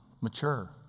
mature